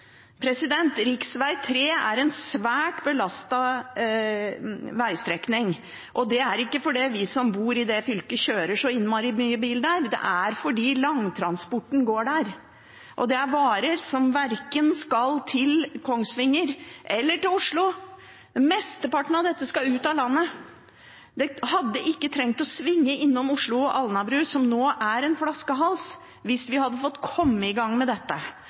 er en svært belastet vegstrekning. Det er ikke fordi vi som bor i det fylket kjører så innmari mye bil, men fordi langtransporten går der. Det er varer som verken skal til Kongsvinger eller Oslo. Mesteparten av dette skal ut av landet. Det hadde ikke trengt å svinge innom Oslo og Alnabru, som nå er en flaskehals, hvis vi hadde fått kommet i gang med dette.